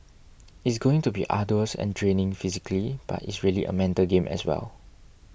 it's going to be arduous and draining physically but it's really a mental game as well